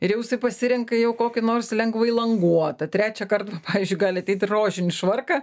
ir jau jisai pasirenka jau kokį nors lengvai languotą trečiąkart va pavyzdžiui gali ateit ir rožinį švarką